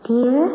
Dear